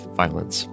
violence